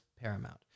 paramount